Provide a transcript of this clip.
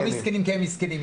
לא מסכנים כי הם מסכנים.